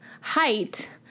height